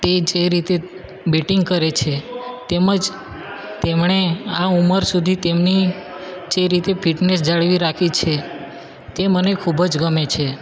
તે જે રીતે બેટિંગ કરે છે તેમજ તેમણે આ ઉમર સુધી તેમની જે રીતે ફિટનેસ જાળવી રાખી છે તે મને ખૂબ જ ગમે છે